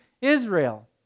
Israel